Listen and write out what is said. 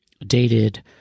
dated